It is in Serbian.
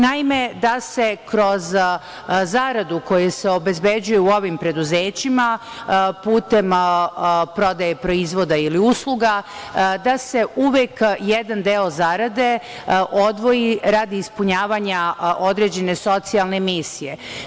Naime, da se kroz zaradu koja se obezbeđuje u ovim preduzećima putem prodaje proizvoda ili usluga, da se uvek jedan deo zarade odvoji radi ispunjavanja određene socijalne misije.